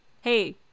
hey